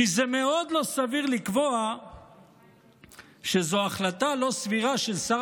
כי זה מאוד לא סביר לקבוע שזו החלטה לא סבירה של שר